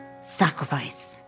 sacrifice